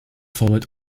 forward